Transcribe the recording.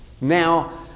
now